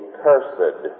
cursed